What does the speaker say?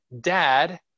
Dad